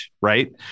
right